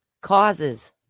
Causes